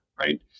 right